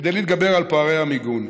כדי להתגבר על פערי המיגון.